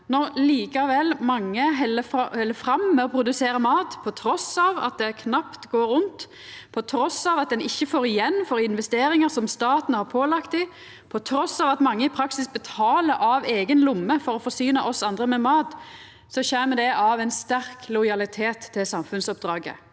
likevel held fram med å produsera mat – trass i at det knapt går rundt, trass i at ein ikkje får igjen for investeringar som staten har pålagt dei, trass i at mange i praksis betaler av eiga lomme for å forsyna oss andre med mat – kjem det av ein sterk lojalitet til samfunnsoppdraget.